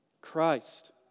Christ